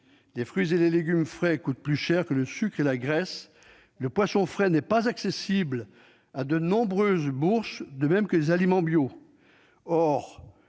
Les fruits et les légumes frais coûtent plus cher que le sucre et la graisse. Le poisson frais n'est pas accessible à de nombreuses bourses. pour les aliments bio.